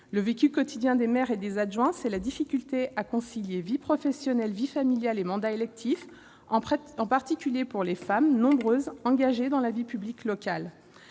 Le vécu quotidien des maires et des adjoints, c'est la difficulté à concilier vie professionnelle, vie familiale et mandat électif, en particulier pour les femmes, nombreuses à être engagées dans la vie publique locale.